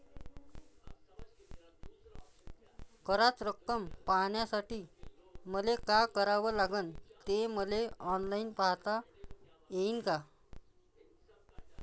कराच रक्कम पाहासाठी मले का करावं लागन, ते मले ऑनलाईन पायता येईन का?